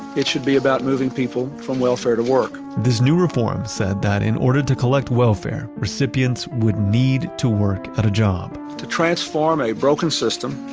it should be about moving people from welfare to work. this new reform said that in order to collect welfare, recipients would need to work at a job to transform a broken system,